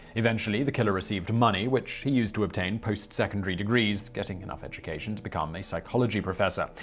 eventually, the killer received money, which he used to obtained post-secondary degrees, getting enough education to become a psychology professor.